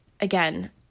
again